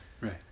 Right